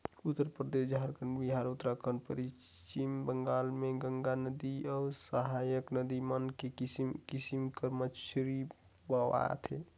उत्तरपरदेस, झारखंड, बिहार, उत्तराखंड, पच्छिम बंगाल में गंगा नदिया अउ सहाएक नदी मन में किसिम किसिम कर मछरी पवाथे